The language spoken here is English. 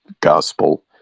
gospel